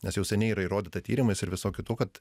nes jau seniai yra įrodyta tyrimais ir visu kitu kad